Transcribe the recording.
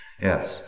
Yes